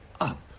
up